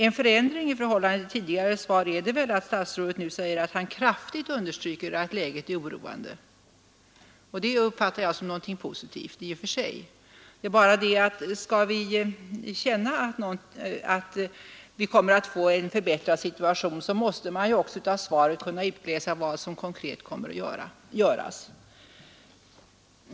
En förändring i förhållande till tidigare svar är det väl att statsrådet nu säger att han kraftigt understryker att läget är oroande, och det uppfattar jag som någonting positivt i och för sig. Det är bara det att skall vi känna att vi kommer att få en förbättrad situation, måste man ju också av svaret kunna utläsa vad som konkret kommer att göras.